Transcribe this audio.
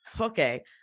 Okay